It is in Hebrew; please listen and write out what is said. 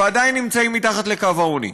ועדיין נמצאים מתחת לקו העוני.